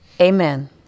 Amen